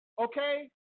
Okay